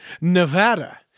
Nevada